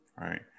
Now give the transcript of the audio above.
Right